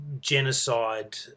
genocide